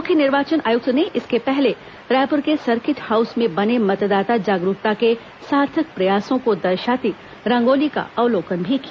मुख्य निर्वाचन आयुक्त ने इसके पहले रायपुर के सर्किट हाउस में बने मतदाता जागरूकता के सार्थक प्रयासों को दर्शाती रंगोली का अवलोकन किया